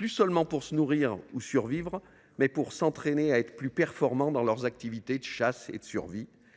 non seulement pour se nourrir ou survivre, mais aussi pour s’entraîner à être plus performants dans leurs activités de chasse et de survie,